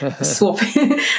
swapping